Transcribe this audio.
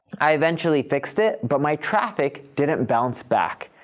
i eventually fixed it, but my traffic didn't bounce back.